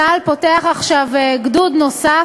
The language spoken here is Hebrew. צה"ל פותח עכשיו גדוד נוסף,